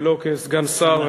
ולא כסגן שר.